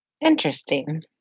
Interesting